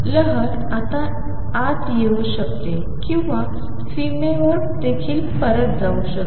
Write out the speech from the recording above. लहर आत येऊ शकते आणि सीमेवर परत देखील जाऊ शकते